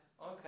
Okay